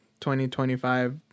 2025